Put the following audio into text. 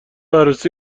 عروسی